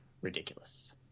ridiculous